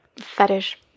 fetish